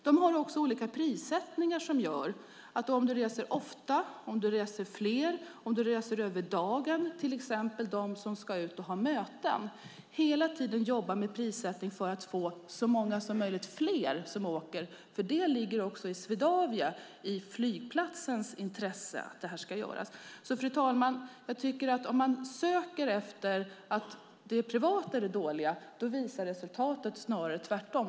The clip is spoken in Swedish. Man har också olika prissättning för dem som reser ofta, för dem som reser fler, för dem som reser över dagen, till exempel personer som ska ut och ha möten. Hela tiden jobbar man med prissättning för att få så många som möjligt att åka. Det ligger också i Swedavias, i flygplatsens, intresse att detta ska göras. Fru talman! Om man söker efter att det privata är det dåliga visar resultatet snarare att det är tvärtom.